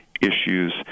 issues